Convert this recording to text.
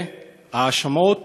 ההאשמות: